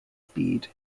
speed